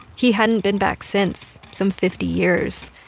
he hadn't been back since some fifty years.